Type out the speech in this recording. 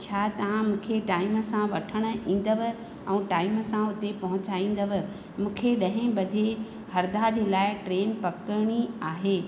छा तव्हां मूंखे टाईम सां वठण ईंदव ऐं टाईम सां उते पहुचाईंदव मूंखे ॾहें बजे हरदा जे लाइ ट्रेन पकड़णी आहे